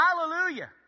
Hallelujah